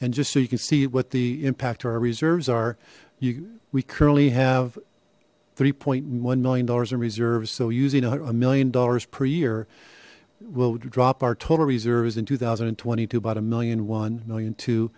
and just so you can see what the impact our reserves are you we currently have three point one million dollars in reserves so using a million dollars per year will drop our total reserves in two thousand and twenty to about a million one million to